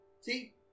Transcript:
See